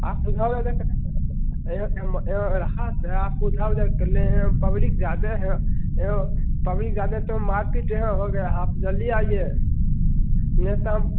आप वजह से यहाँ हम यहाँ आप उधर ले हैं पब्लिक जादे हैं एँव पब्लिक जादे है तो मारपीट यहाँ हो गया है आप जल्दी आइए नहीं तो हम